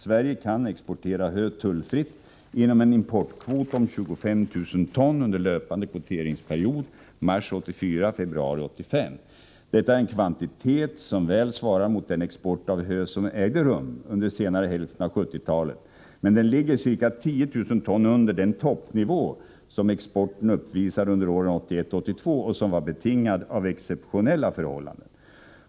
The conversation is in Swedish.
Sverige kan exportera hö tullfritt inom en importkvot om 25 000 ton under löpande kvoteringsperiod mars 1984-februari 1985. Detta är en kvantitet som väl svarar mot den export av hö som ägde rum under senare hälften av 1970-talet, men den ligger ca 10 000 ton under den toppnivå som exporten uppvisade under åren 1981-1982 och som var betingad av exceptionella förhållanden.